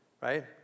right